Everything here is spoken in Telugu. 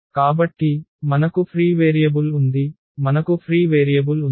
కాబట్టి మనకు ఫ్రీ వేరియబుల్ ఉంది మనకు ఫ్రీ వేరియబుల్ ఉంది